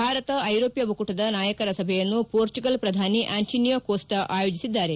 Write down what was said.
ಭಾರತ ಐರೋಪ್ತ ಒಕ್ಕೂಟದ ನಾಯಕರ ಸಭೆಯನ್ನು ಪೋರ್ಚುಗಲ್ ಪ್ರಧಾನಿ ಆಂಟಿನಿಯೋ ಕೋಸ್ಟಾ ಆಯೋಜಿಸಿದ್ದಾರೆ